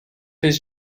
his